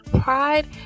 Pride